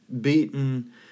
beaten